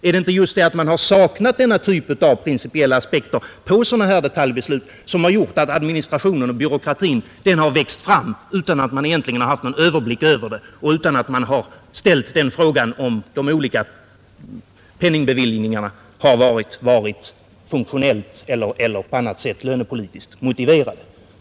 Är det inte just avsaknaden av denna typ av principiella aspekter på sådana här detaljbeslut som har medfört att administrationen och byråkratin har växt fram, utan att man egentligen har haft någon överblick över den och utan att man har ställt frågan om de olika penningtilldelningarna har varit funktionellt eller på annat sätt lönepolitiskt motiverade?